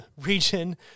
region